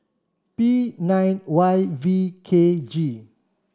P nine Y V K G